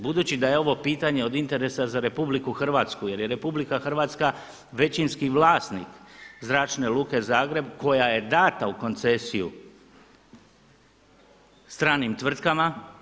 Budući da je ovo pitanje od interesa za RH jer je RH većinski vlasnik Zračne luke Zagreb koja je dana u koncesiju stranim tvrtkama.